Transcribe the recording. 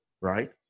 right